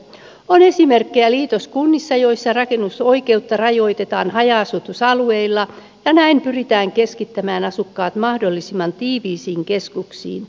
on esimerkkejä liitoskunnista joissa rakennusoikeutta rajoitetaan haja asutusalueilla ja näin pyritään keskittämään asukkaat mahdollisimman tiiviisiin keskuksiin